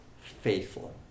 faithful